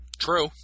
True